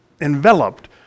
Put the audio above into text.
enveloped